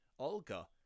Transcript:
Olga